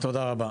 תודה רבה.